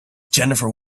jennifer